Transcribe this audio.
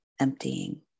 emptying